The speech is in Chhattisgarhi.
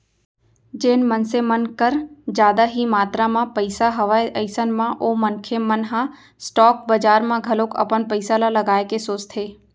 जेन मनसे मन कर जादा ही मातरा म पइसा हवय अइसन म ओ मनखे मन ह स्टॉक बजार म घलोक अपन पइसा ल लगाए के सोचथे